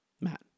Matt